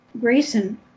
Grayson